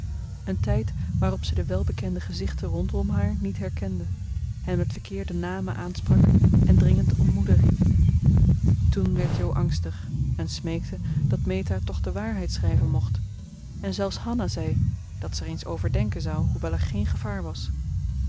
een tijd waarop ze de welbekende gezichten rondom haar niet herkende hen met verkeerde namen aansprak en dringend om moeder riep toen werd jo angstig en smeekte dat meta toch de waarheid schrijven mocht en zelfs hanna zei dat ze er eens over denken zou hoewel er geen gevaar was